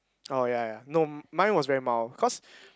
oh ya ya no mine was very mild cause